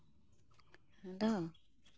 ᱟᱫᱚ